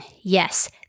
Yes